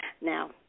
Now